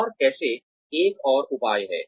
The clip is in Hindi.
और कैसे एक और उपाय है